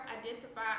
identify